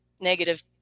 negative